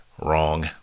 wrong